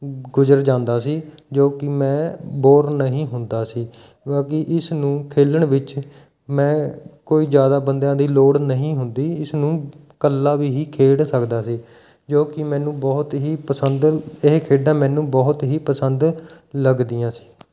ਗੁਜ਼ਰ ਜਾਂਦਾ ਸੀ ਜੋ ਕਿ ਮੈਂ ਬੋਰ ਨਹੀਂ ਹੁੰਦਾ ਸੀ ਬਾਕੀ ਇਸ ਨੂੰ ਖੇਲਣ ਵਿੱਚ ਮੈਂ ਕੋਈ ਜ਼ਿਆਦਾ ਬੰਦਿਆਂ ਦੀ ਲੋੜ ਨਹੀਂ ਹੁੰਦੀ ਇਸਨੂੰ ਇਕੱਲਾ ਵੀ ਹੀ ਖੇਡ ਸਕਦਾ ਸੀ ਜੋ ਕਿ ਮੈਨੂੰ ਬਹੁਤ ਹੀ ਪਸੰਦ ਇਹ ਖੇਡਾਂ ਮੈਨੂੰ ਬਹੁਤ ਹੀ ਪਸੰਦ ਲੱਗਦੀਆਂ ਸੀ